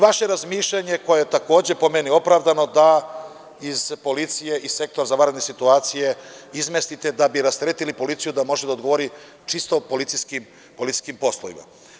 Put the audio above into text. Vaše je razmišljanje koje je takođe, po meni, opravdano da iz policije i Sektor za vanredne situacije izmestite da bi rasteretili policiju da može da odgovori čisto policijskim poslovima.